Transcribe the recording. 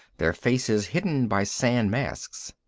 their faces hidden by sand masks.